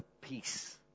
peace